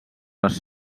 les